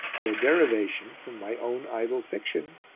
their derivation from my own idle fiction,